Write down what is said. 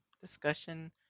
discussion